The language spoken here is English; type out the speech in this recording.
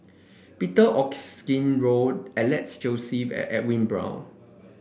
Peter Augustine Goh Alex Josey and Edwin Brown